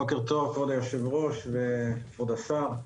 בוקר טוב, כבוד היושב-ראש וכבוד השר.